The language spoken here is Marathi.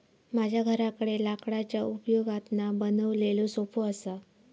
माझ्या घराकडे लाकडाच्या उपयोगातना बनवलेलो सोफो असा